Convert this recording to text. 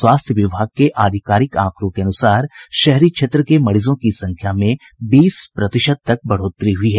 स्वास्थ्य विभाग के आधिकारिक आंकड़ों के अनुसार शहरी क्षेत्र के मरीजों की संख्या में बीस प्रतिशत तक बढ़ोतरी हुई है